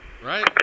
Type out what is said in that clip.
Right